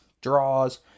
draws